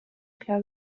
klar